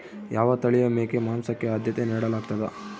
ಯಾವ ತಳಿಯ ಮೇಕೆ ಮಾಂಸಕ್ಕೆ, ಆದ್ಯತೆ ನೇಡಲಾಗ್ತದ?